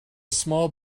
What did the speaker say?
small